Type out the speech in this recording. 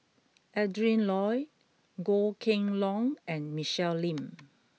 Adrin Loi Goh Kheng Long and Michelle Lim